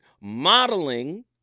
modeling